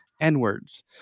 N-Words